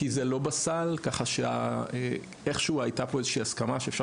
כי זה לא בסל איכשהו הייתה פה איזושהי הסכמה שאפשר